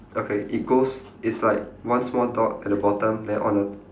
okay it goes it's like one small dot at the bottom then on the